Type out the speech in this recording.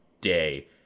day